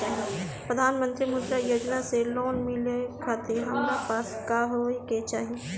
प्रधानमंत्री मुद्रा योजना से लोन मिलोए खातिर हमरा पास का होए के चाही?